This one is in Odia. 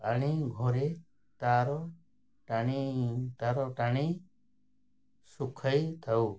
ଆଣି ଘରେ ତାର ଟାଣି ତାର ଟାଣି ଶୁଖାଇଥାଉ